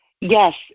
yes